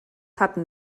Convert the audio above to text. hatten